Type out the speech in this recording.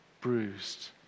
bruised